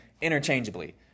interchangeably